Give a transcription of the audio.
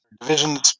Divisions